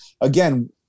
again